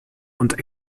und